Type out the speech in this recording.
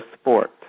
sport